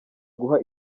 guha